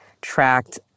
tracked